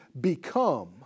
become